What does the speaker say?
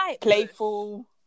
playful